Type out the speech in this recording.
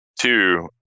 Two